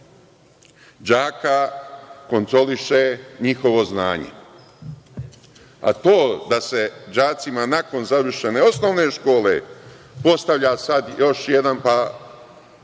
đaka kontroliše njihovo znanje. A to da se đacima nakon završene osnovne škole postavlja sad još jedna